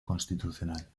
constitucional